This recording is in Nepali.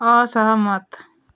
असहमत